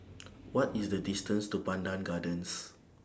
What IS The distance to Pandan Gardens